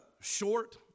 short